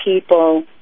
people